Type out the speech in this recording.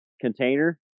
container